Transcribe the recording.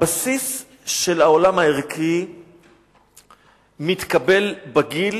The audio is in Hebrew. הבסיס של העולם הערכי מתקבל בגיל